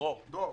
שטרום,